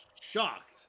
Shocked